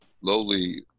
lowly